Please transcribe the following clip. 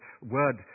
word